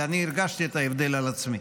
ואני הרגשתי את ההבדל על עצמי.